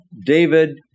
David